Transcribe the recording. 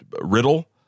riddle